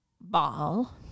Ball